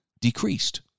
decreased